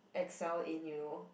excel in you know